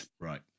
Right